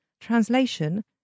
translation